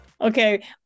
Okay